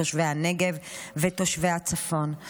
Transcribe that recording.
תושבי הנגב ותושבי הצפון.